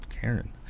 Karen